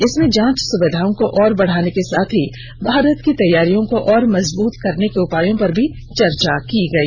इसमें जांच सुविधाओं को और बढ़ाने के साथ ही भारत की तैयारियों को और मजबूत करने के उपायों पर चर्चा की गई